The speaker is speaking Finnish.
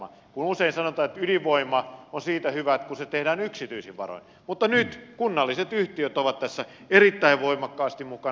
usein sanotaan että ydinvoima on siitä hyvä että se tehdään yksityisin varoin mutta nyt kunnalliset yhtiöt ovat tässä erittäin voimakkaasti mukana